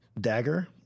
dagger